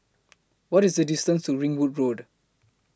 What IS The distance to Ringwood Road